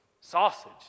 sausage